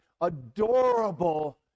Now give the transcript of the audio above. adorable